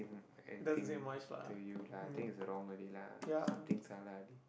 in I think to you ah I think it's wrong already lah something salah already